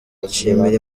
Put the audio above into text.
nshimira